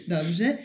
Dobrze